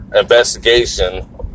investigation